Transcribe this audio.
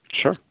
sure